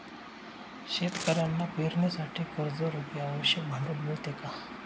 शेतकऱ्यांना पेरणीसाठी कर्जरुपी आवश्यक भांडवल मिळते का?